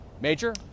Major